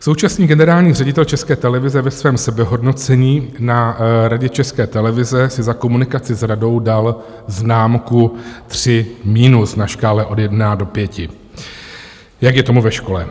Současný generální ředitel České televize ve svém sebehodnocení na Radě České televize si za komunikaci s radou dal známku tři minus na škále od jedné do pěti, jak je tomu ve škole.